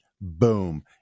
Boom